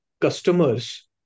customers